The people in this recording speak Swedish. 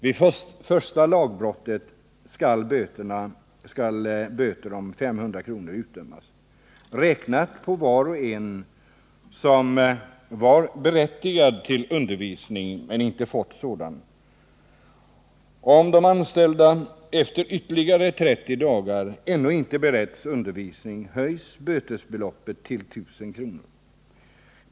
Vid första lagbrottet skall böter om 500 kr., räknat på var och en som varit berättigad till undervisning men inte fått sådan, utdömas. Om de anställda efter ytterligare 30 dagar ännu inte beretts undervisning höjs bötesbeloppet till 1000 kr.